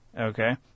Okay